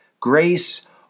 Grace